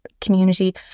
community